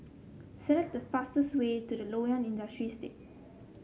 select the fastest way to the Loyang Industrial Estate